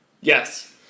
Yes